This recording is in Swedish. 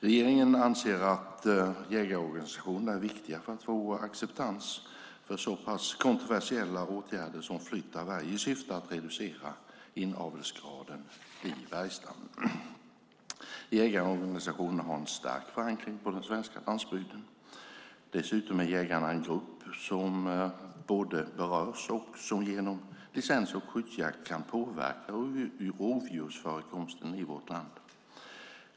Regeringen anser att jägarorganisationerna är viktiga för att få acceptans för så pass kontroversiella åtgärder som flytt av varg i syfte att reducera inavelsgraden i vargstammen. Jägarorganisationerna har en stark förankring på den svenska landsbygden. Dessutom är jägarna en grupp som både berörs och genom licens och skyddsjakt kan påverka rovdjursförekomsten i vårt land.